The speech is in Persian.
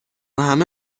همه